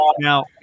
now